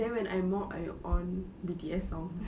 then when I mop I on B_T_S songs